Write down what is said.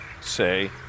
say